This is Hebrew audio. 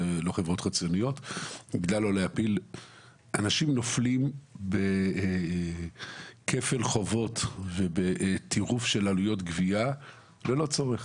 העירייה: אנשים נופלים בכפל חובות ובטירוף של עלויות גבייה ללא צורך.